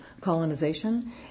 colonization